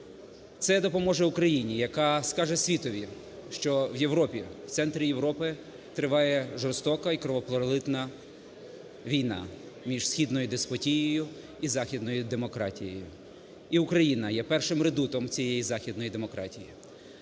Це допоможе Україні, яка скаже світові, що в Європі, в центрі Європи триває жорстока і кровопролитна війна між східною деспотією і західною демократією і Україна є першим редутом цієї західної демократії.